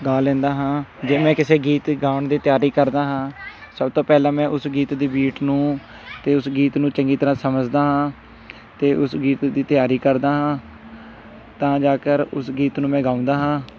ਗਾ ਲੈਂਦਾ ਹਾਂ ਜੇ ਮੈਂ ਕਿਸੇ ਗੀਤ ਗਾਉਣ ਦੀ ਤਿਆਰੀ ਕਰਦਾ ਹਾਂ ਸਭ ਤੋਂ ਪਹਿਲਾਂ ਮੈਂ ਉਸ ਗੀਤ ਦੀ ਬੀਟ ਨੂੰ ਅਤੇ ਉਸ ਗੀਤ ਨੂੰ ਚੰਗੀ ਤਰ੍ਹਾਂ ਸਮਝਦਾ ਹਾਂ ਅਤੇ ਉਸ ਗੀਤ ਦੀ ਤਿਆਰੀ ਕਰਦਾ ਹਾਂ ਤਾਂ ਜਾ ਕਰ ਉਸ ਗੀਤ ਨੂੰ ਮੈਂ ਗਾਉਂਦਾ ਹਾਂ